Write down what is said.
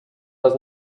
does